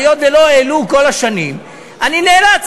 היות שלא העלו כל השנים אני נאלץ,